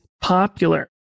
popular